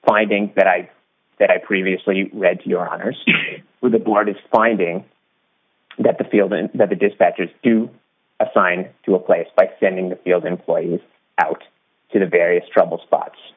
finding that i that i previously read to your honor's with the board is finding that the feeling that the dispatchers to assign to a place by sending the field employees out to various trouble spots